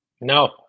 No